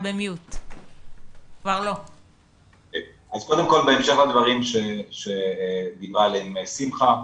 קודם כל בהמשך לדברים שדיברה עליהם שמחה,